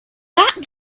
that